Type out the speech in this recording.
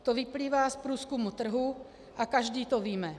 To vyplývá z průzkumu trhu a každý to víme.